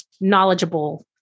knowledgeable